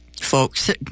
folks